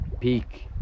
peak